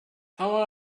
how